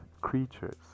creatures